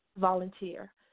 volunteer